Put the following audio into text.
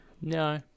No